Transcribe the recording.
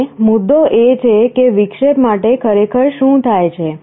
હવે મુદ્દો એ છે કે વિક્ષેપ માટે ખરેખર શું થાય છે